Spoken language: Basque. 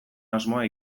asmoa